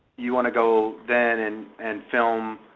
you want to go then and and film